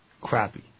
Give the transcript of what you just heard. crappy